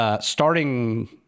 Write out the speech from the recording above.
starting